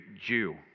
Jew